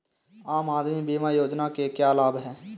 आम आदमी बीमा योजना के क्या लाभ हैं?